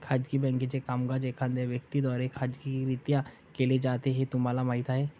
खाजगी बँकेचे कामकाज एखाद्या व्यक्ती द्वारे खाजगीरित्या केले जाते हे तुम्हाला माहीत आहे